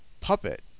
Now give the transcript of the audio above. puppet